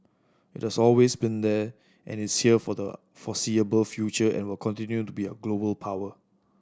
it has always been here and it's here for the foreseeable future and will continue to be a global power